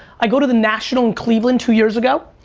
i go to the national in cleveland two years ago,